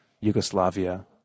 Yugoslavia